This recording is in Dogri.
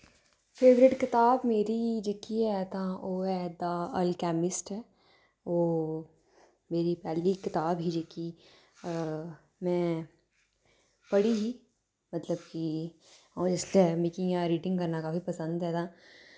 फेवरेट कताब मेरी जेह्की है तां ओह् ऐ द'ऐलकैमिस्ट ऐ ओह् मेरी पैह्ली कताब ही जेह्की में पढ़ी ही मतलब कि अ'ऊं जिसलै मिकी इ'यां रीडिंग करना काफी पसंद ऐ तां